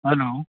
hello